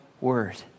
word